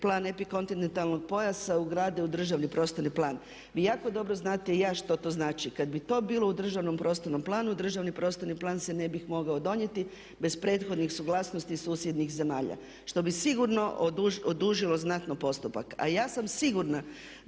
plan epikontinentalnog pojasa ugrade u državni prostorni plan. Vi jako dobro znate i ja što to znači. Kad bi to bilo u državnom prostornom planu državni prostorni plan se ne bi mogao donijeti bez prethodnih suglasnosti susjednih zemalja što bi sigurno odužilo znatno postupak. A ja sam sigurna